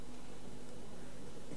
פעמיים, שלוש פעמים,